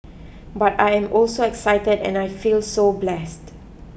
but I am also excited and I feel so blessed